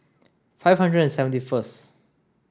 five hundred and seventy first